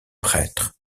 prêtre